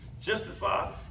justify